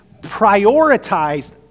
prioritized